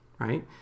Right